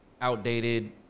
outdated